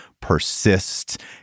persist